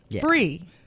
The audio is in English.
free